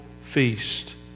feast